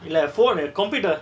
இல்ல:illa phone uh computer